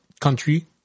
country